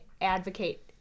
advocate